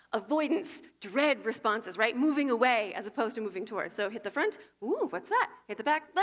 avoidance, dread responses, right? moving away as opposed to moving towards. so hit the front? ooh what's that? hit the back?